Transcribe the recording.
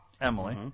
Emily